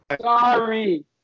Sorry